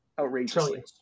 outrageously